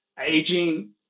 aging